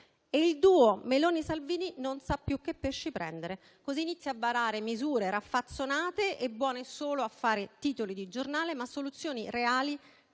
e il duo Meloni-Salvini non sa più che pesci prendere, così inizia a varare misure raffazzonate e buone solo a fare titoli di giornale, senza soluzioni reali: